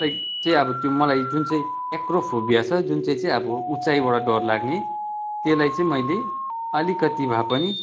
लाई चाहिँ अब त्यो मलाई जुन चाहिँ एक्रोफोबिया छ जुन चाहिँ चाहिँ अब उचाइबाट डर लाग्ने त्यसलाई चाहिँ मैले अलिकति भए पनि